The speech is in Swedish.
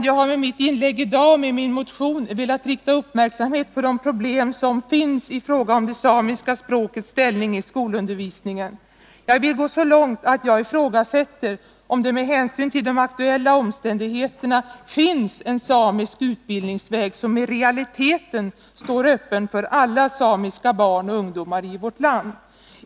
Jag har med mitt inlägg i dag och med min motion velat rikta uppmärksamheten på de problem som finns i fråga om det samiska språkets ställning i skolundervisningen. Jag vill gå så långt att jag ifrågasätter om det, med hänsyn till de aktuella omständigheterna, finns en samisk utbildningsväg som i realiteten står öppen för alla samiska barn och ungdomar i vårt land.